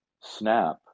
Snap